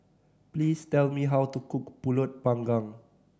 please tell me how to cook Pulut Panggang